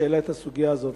שהעלה את הסוגיה הזאת,